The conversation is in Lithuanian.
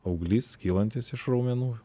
auglys kylantis iš raumenų